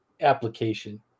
application